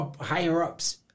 higher-ups